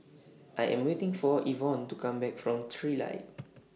I Am waiting For Evonne to Come Back from Trilight